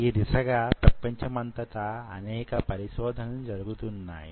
ఈ దిశగా ప్రపంచమంతటా అనేక పరిశోధనలు జరుగుతున్నాయి